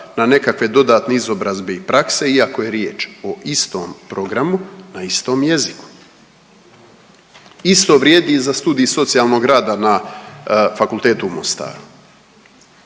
na nekakve dodatne izobrazbe i prakse iako je riječ o istom programu na istom jeziku. Isto vrijedi i za Studij socijalnog rada na Fakultetu u Mostaru.